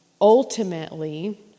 Ultimately